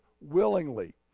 willingly